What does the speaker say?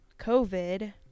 COVID